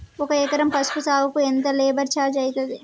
ఒక ఎకరం పసుపు సాగుకు ఎంత లేబర్ ఛార్జ్ అయితది?